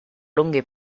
lunghi